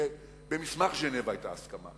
במסמך ז'נבה היתה הסכמה.